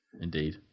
Indeed